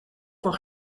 van